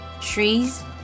trees